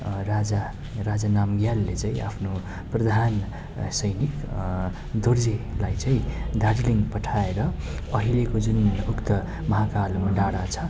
राजा राजा नामग्यालले चाहिँ आफ्नो प्रधान सैनिक दुर्जेलाई चाहिँ दार्जिलिङ पठाएर अहिलेको जुन उक्त महाकाल डाँडा छ